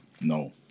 no